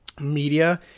media